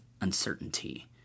uncertainty